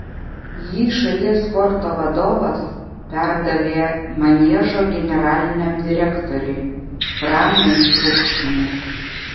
jį šalies sporto vadovas perdavė maniežo generaliniam direktoriui pranui trukšniui